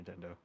Nintendo